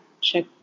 Check